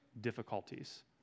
difficulties